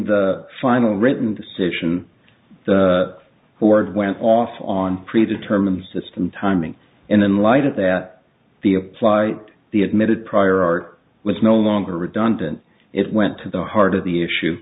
the final written decision the board went off on pre determined system timing and in light of that the apply the admitted prior art was no longer redundant it went to the heart of the issue